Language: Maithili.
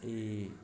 ई